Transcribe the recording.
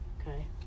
Okay